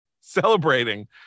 celebrating